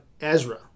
Ezra